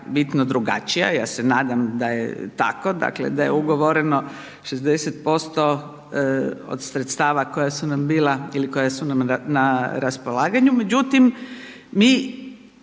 bitno drugačija, ja se nadam da je tako, dakle da je ugovoreno 60% od sredstava koja su nam bila ili koja su nam na raspolaganju međutim mi